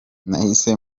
nahise